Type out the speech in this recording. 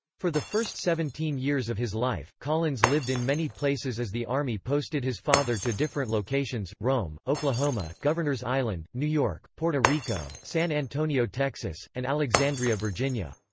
for the first seventeen years of his life, collins lived in many places as the army posted his father to different locations rome oklahoma governors island, new york puerto rico san antonio, texas and alexandria, virginia.